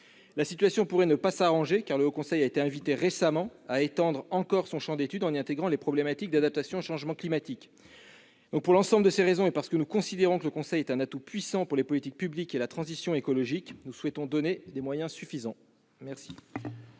La situation n'est pas près de s'arranger, car le Haut Conseil a été invité récemment à étendre encore son champ d'études en y intégrant les problématiques d'adaptation au changement climatique. Pour l'ensemble de ces raisons, et parce que nous considérons que cet organisme est un atout puissant pour les politiques publiques et la transition écologique, nous souhaitons lui donner des moyens suffisants. Quel